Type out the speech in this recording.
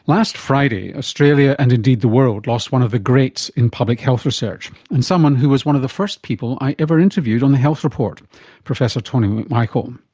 last friday, australia and indeed the world lost one of the greats in public health research and someone who was one of the first people i ever interviewed on the health report professor tony mcmichael.